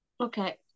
Okay